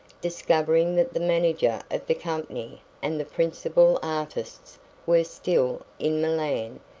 discovering that the manager of the company and the principal artists were still in milan,